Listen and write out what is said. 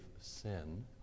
sin